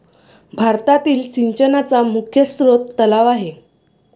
भारतातील सिंचनाचा मुख्य स्रोत तलाव आहे